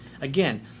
again